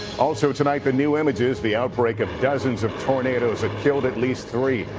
also tonight, the new images. the outbreak of dozens of tornadoes that killed at least three.